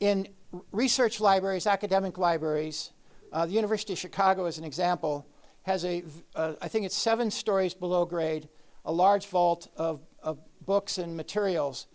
in research libraries academic libraries the university of chicago as an example has a i think it's seven stories below grade a large vault of books and materials